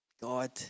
God